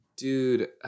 Dude